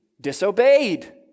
disobeyed